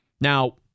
Now